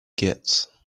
git